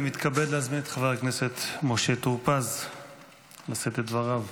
אני מתכבד להזמין את חבר הכנסת משה טור פז לשאת את דבריו.